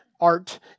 art